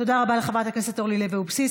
תודה רבה לחברת הכנסת אורלי לוי אבקסיס.